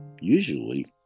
usually